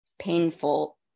painful